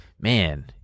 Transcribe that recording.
Man